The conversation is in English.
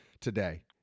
today